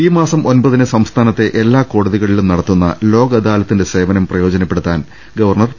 ഈ മാസം ഒൻപതിന് സംസ്ഥാനത്തെ എല്ലാ കോടതികളിലും നട ത്തുന്ന ലോക് അദാലത്തിന്റെ സേവനം പ്രയോജനപ്പെടുത്താൻ ഗവർണർ പി